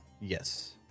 Yes